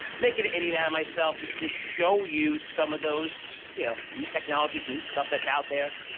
making an idiot out of myself just to show you some of those yeah new technologies, new stuff that's out there,